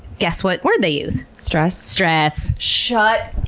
guess what word they use? stress? stress. shut!